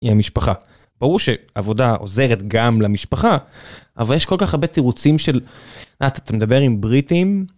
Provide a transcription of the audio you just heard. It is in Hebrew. המשפחה ברור שעבודה עוזרת גם למשפחה אבל יש כל כך הרבה תירוצים של אתה מדבר עם בריטים.